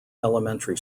elementary